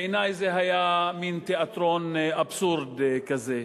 בעיני זה היה מין תיאטרון אבסורד כזה,